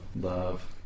Love